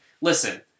Listen